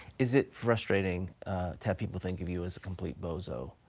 is it frustrating to have people think of you as a complete bozo,